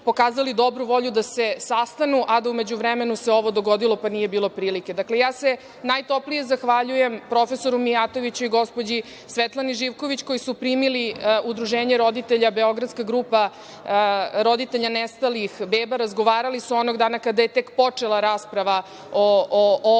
dobru volju da se sastanu, a da u međuvremenu se ovo dogodilo, pa da nije bilo prilike. Dakle, ja se najtoplije zahvaljujem profesoru Mijatoviću i gospođi Svetlani Živković, koji su primili Udruženje roditelja „Beogradska grupa roditelja nestalih beba“. Razgovarali su onog dana kada je tek počela rasprava o ovoj